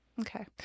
Okay